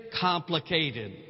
complicated